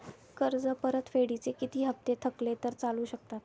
कर्ज परतफेडीचे किती हप्ते थकले तर चालू शकतात?